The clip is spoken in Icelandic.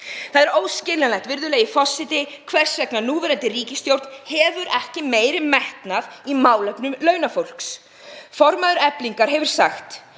Það er óskiljanlegt, virðulegi forseti, hvers vegna núverandi ríkisstjórn hefur ekki meiri metnað í málefnum launafólks. Formaður Eflingar hefur sagt